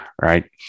right